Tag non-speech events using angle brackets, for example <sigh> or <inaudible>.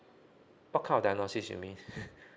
what kind of diagnosis you mean <laughs>